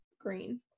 green